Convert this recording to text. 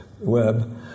web